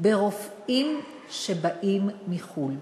עם רופאים שבאים מחו"ל,